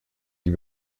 die